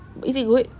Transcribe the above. is it good